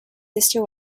sister